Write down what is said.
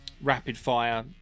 rapid-fire